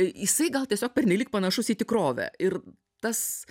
jisai gal tiesiog pernelyg panašus į tikrovę ir tas